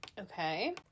okay